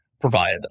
provide